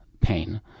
pain